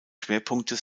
schwerpunkte